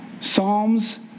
Psalms